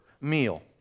meal